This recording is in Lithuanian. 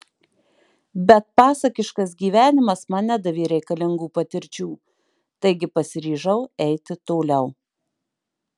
bet pasakiškas gyvenimas man nedavė reikalingų patirčių taigi pasiryžau eiti toliau